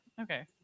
Okay